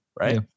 right